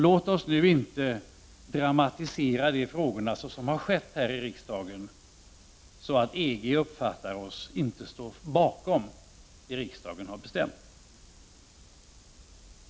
Låt oss inte dramatisera dessa frågor, såsom har skett här i riksdagen, så att EG uppfattar det som att vi inte står bakom det riksdagen har bestämt.